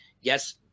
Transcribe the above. yes